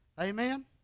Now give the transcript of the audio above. Amen